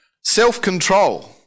self-control